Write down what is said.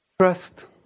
trust